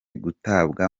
gutabwa